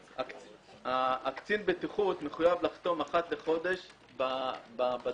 קצין הבטיחות מחויב לחתום אחת לחודש בדף.